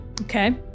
Okay